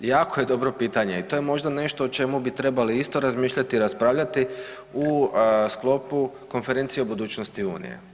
Jako je dobro pitanje i to je možda nešto o čemu bi trebali isto razmišljati, raspravljati u sklopu Konferencije o budućnosti Unije.